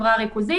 ריכוזית?